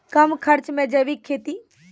कम खर्च मे जैविक खेती?